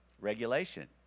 regulation